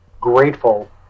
grateful